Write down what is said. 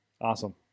Awesome